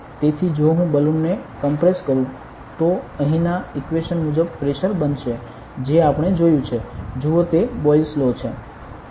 તેથી જો હું બલૂન ને કોમ્પ્રેસ કરું તો અહીંના ઇક્વેશન મુજબ પ્રેશર બનશે જે આપણે જોયુ છે જુઓ તે બોયલ્સ લો છે